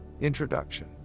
Introduction